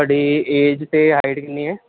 ਤੁਹਾਡੀ ਏਜ ਅਤੇ ਹਾਈਟ ਕਿੰਨੀ ਹੈ